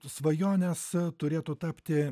svajonės turėtų tapti